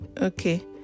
Okay